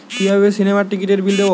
কিভাবে সিনেমার টিকিটের বিল দেবো?